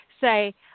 Say